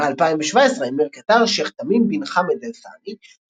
במאי 2017 אמיר קטר, שייח תמים בן חמד אל ת'אני,